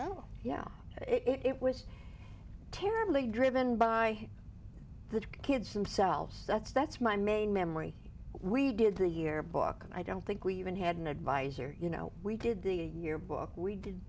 yeah it was terribly driven by the kids themselves that's that's my main memory we did the year book i don't think we even had an advisor you know we did the yearbook we did